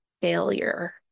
failure